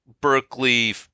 Berkeley